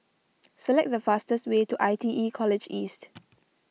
select the fastest way to I T E College East